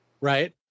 Right